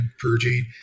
purging